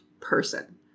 person